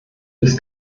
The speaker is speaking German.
des